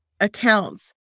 accounts